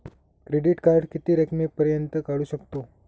Credit card किती रकमेपर्यंत काढू शकतव?